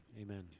amen